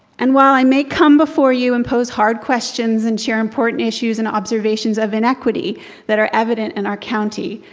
and while i may come before you and pose hard questions and share important issues and observations of inequity that are evident in our county,